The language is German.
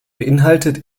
beinhaltet